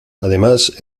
además